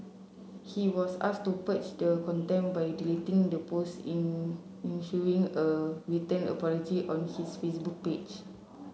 he was asked to purge the contempt by deleting the post in issuing a written apology on his Facebook page